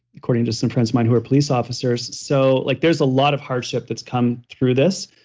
according to some friends of mine who are police officers so, like there's a lot of hardship that's come through this,